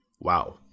Wow